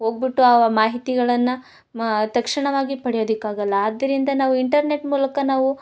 ಹೋಗ್ಬುಟ್ಟು ಆ ಮಾಹಿತಿಗಳನ್ನು ತಕ್ಷಣವಾಗಿ ಪಡೆಯೋದಿಕ್ಕೆ ಆಗೋಲ್ಲ ಆದ್ರಿಂದ ನಾವು ಇಂಟರ್ನೆಟ್ ಮೂಲಕ ನಾವು